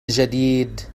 جديد